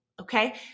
Okay